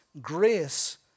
grace